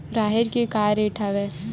राहेर के का रेट हवय?